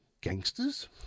gangsters